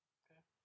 okay